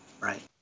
Right